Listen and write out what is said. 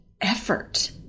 effort